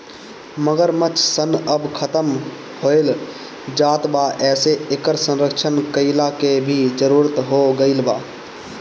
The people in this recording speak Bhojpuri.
मगरमच्छ सन अब खतम होएल जात बा एसे इकर संरक्षण कईला के भी जरुरत हो गईल बा